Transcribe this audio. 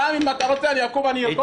גם אם אתה רוצה, אני אקום וארקוד,